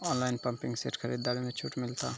Online pumping set खरीदारी मे छूट मिलता?